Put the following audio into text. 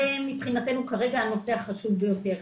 זה מבחינתנו כרגע הנושא החשוב ביותר.